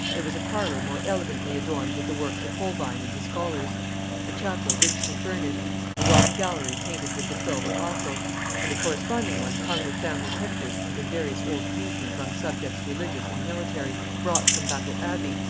there was a parlour more elegantly adorned with the works of holbein and his scholars a chapel richly furnished a long gallery painted with the twelve apostles and a corresponding one hung with family pictures and with various old paintings on subjects religious and military, brought from battle abbey,